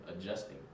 Adjusting